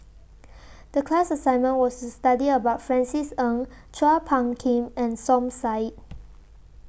The class assignment was to study about Francis Ng Chua Phung Kim and Som Said